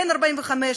בן 45,